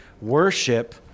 Worship